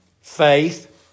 faith